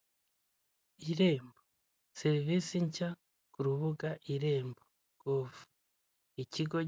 Urubuga rw'irembo rwafunguye serivisi nshya aho ukoresha imashini cyangwa